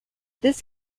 this